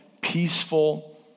peaceful